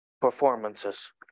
performances